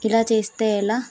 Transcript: ఇలా చేస్తే ఎలా